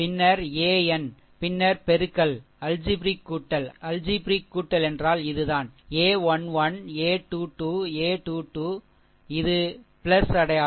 பின்னர் an பின்னர் பெருக்கல் அல்ஜீப்ரிக் கூட்டல் அல்ஜீப்ரிக் கூட்டல் என்றால் இது தான் a 1 1 a 2 2 a 2 2 இது அடையாளம்